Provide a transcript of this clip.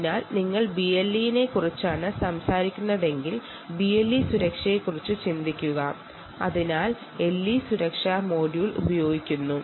അതിനാൽ നിങ്ങൾ BLE നെക്കുറിച്ചാണ് സംസാരിക്കുന്നതെങ്കിൽ BLE സുരക്ഷ നൽകുന്ന LE സുരക്ഷാ മൊഡ്യൂളിനെ കുറിച്ച് ഓർക്കുക